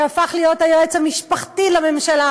שהפך להיות היועץ המשפחתי לממשלה,